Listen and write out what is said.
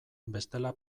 bestela